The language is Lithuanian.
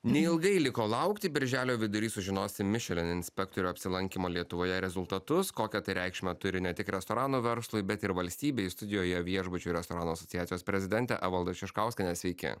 neilgai liko laukti birželio vidury sužinosim mišelin inspektorių apsilankymo lietuvoje rezultatus kokią reikšmę turi ne tik restoranų verslui bet ir valstybei studijoje viešbučių restoranų asociacijos prezidentė evalda šiškauskienė sveiki